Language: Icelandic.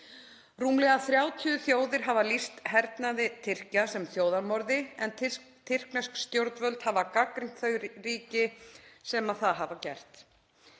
Rúmlega 30 þjóðir hafa lýst hernaði Tyrkja sem þjóðarmorði, en tyrknesk stjórnvöld hafa gagnrýnt þau ríki sem það hafa gert.